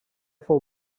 fou